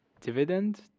dividend